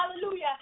Hallelujah